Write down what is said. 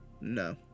No